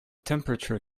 temperature